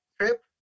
trip